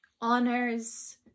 honors